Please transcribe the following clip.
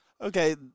okay